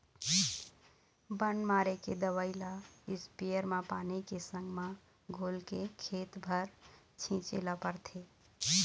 बन मारे के दवई ल इस्पेयर म पानी के संग म घोलके खेत भर छिंचे ल परथे